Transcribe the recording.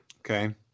okay